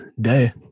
day